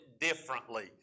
differently